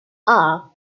are